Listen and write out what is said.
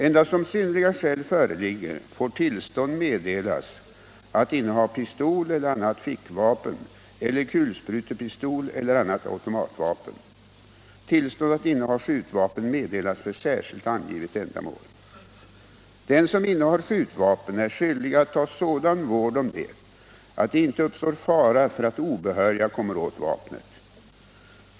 Endast om synnerliga skäl föreligger får tillstånd meddelas att inneha pistol eller annat fickvapen eller kulsprutepistol eller annat automatvapen. Tillstånd att inneha skjutvapen meddelas för särskilt angivet ändamål. Den som innehar skjutvapen är skyldig att ta sådan vård om det att det inte uppstår fara för att obehöriga kommer åt vapnet.